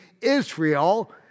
Israel